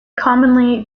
commonly